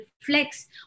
reflects